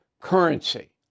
currency